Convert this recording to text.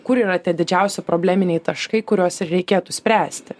kur yra tie didžiausi probleminiai taškai kuriuos reikėtų spręsti